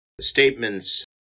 statements